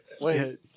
Wait